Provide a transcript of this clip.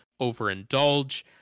overindulge